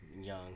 young